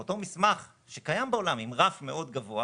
אבל אותו מסמך שקיים בעולם עם רף מאוד גבוה,